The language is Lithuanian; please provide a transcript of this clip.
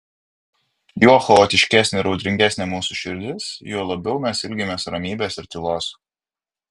juo chaotiškesnė ir audringesnė mūsų širdis juo labiau mes ilgimės ramybės ir tylos